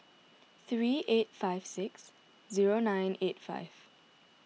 three eight five six zero nine eight five